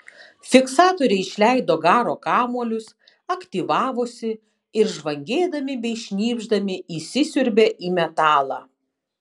fiksatoriai išleido garo kamuolius aktyvavosi ir žvangėdami bei šnypšdami įsisiurbė į metalą